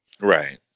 Right